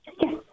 Yes